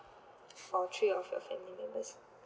for three of your family members